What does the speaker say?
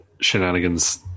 shenanigans